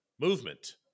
movement